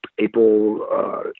April